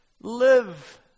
live